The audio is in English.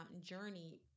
journey